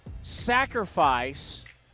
sacrifice